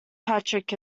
patrick